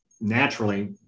naturally